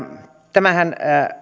tämähän